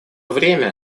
время